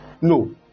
No